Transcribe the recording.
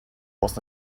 was